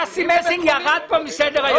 אסי מסינג ירד מסדר היום.